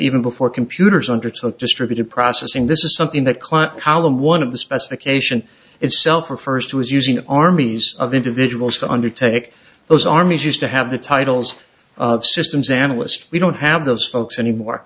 even before computers undertook distributed processing this is something that client column one of the specification itself for first was using armies of individuals to undertake those armies used to have the titles of systems analyst we don't have those folks anymore